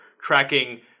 tracking